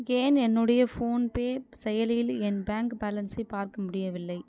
ஏன் என்னுடைய ஃபோன்பே செயலியில் என் பேங்க் பேலன்ஸை பார்க்க முடியவில்லை